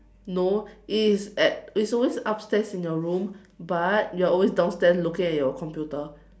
no it's at it's always upstairs in your room but you are always downstairs looking at your computer